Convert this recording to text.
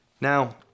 Now